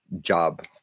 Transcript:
job